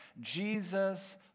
Jesus